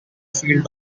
field